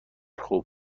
خوب